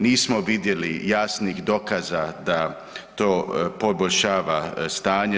Nismo vidjeli jasnih dokaza da to poboljšava stanje.